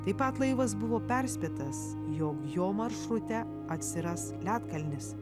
taip pat laivas buvo perspėtas jog jo maršrute atsiras ledkalnis